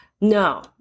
No